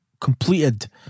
completed